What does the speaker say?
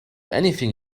anything